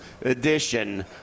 edition